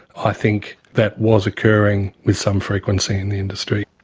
i think that was occurring with some frequency in the industry.